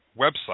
website